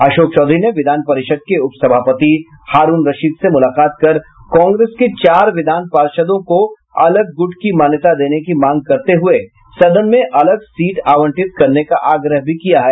अशोक चौधरी ने विधान परिषद के उप सभापति हारूण रशीद से मुलाकात कर कांग्रेस के चार विधान पार्षदों को अलग गुट की मान्यता देने की मांग करते हुए सदन में अलग सीट आवंटित करने का आग्रह भी किया है